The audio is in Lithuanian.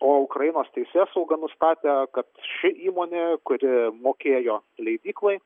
o ukrainos teisėsauga nustatė kad ši įmonė kuri mokėjo leidyklai